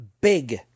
big